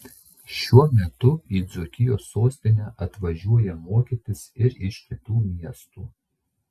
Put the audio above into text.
šiuo metu į dzūkijos sostinę atvažiuoja mokytis ir iš kitų miestų